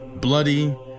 bloody